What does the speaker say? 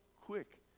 quick